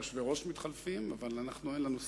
היושבי-ראש מתחלפים אבל אין לנו שר.